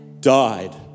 died